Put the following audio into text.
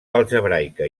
algebraica